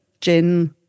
gin